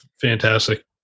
Fantastic